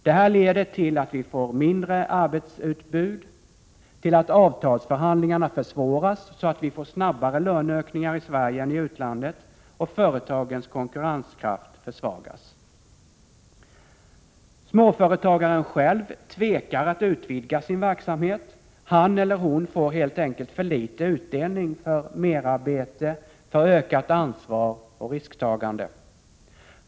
Det här leder till att vi får mindre arbetsutbud, till att avtalsförhandlingarna försvåras, så att vi får snabbare löneökningar i Sverige än i utlandet och företagens konkurrenskraft försvagas. Småföretagaren själv tvekar att utvidga sin verksamhet. Han eller hon får helt enkelt för liten utdelning för merarbete, ökat ansvar och risktagande.